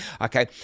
okay